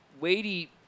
weighty